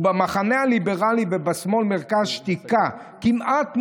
ובמחנה הליברלי ובשמאל-מרכז שתיקה כמעט מוחלטת,